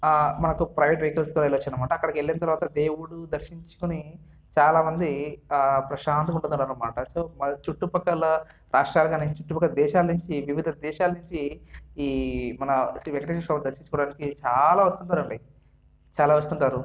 మనకు ప్రైవేట్ వెహికల్స్తో వెళ్ళోచ్చన్నమాట అక్కడికి వెళ్ళిన తరువాత దేవుడు దర్శించుకుని చాలామంది ప్రశాంతంగా ఉంటదనమాట సో చుట్టుపక్కల రాష్ట్రాలు కాని చుట్టుప్రక్కల దేశాల నుంచి వివిధ దేశాలనుంచి ఈ మన శ్రీ వెంకటేశ్వర స్వామిని దర్శించుకోడానికి చాలా వస్తున్నారండి చాలా వస్తుంటారు